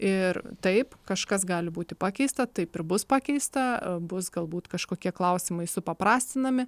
ir taip kažkas gali būti pakeista taip ir bus pakeista bus galbūt kažkokie klausimai supaprastinami